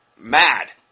mad